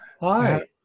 Hi